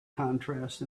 contrast